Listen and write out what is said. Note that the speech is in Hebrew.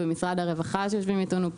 במשרד הרווחה שיושבים איתנו,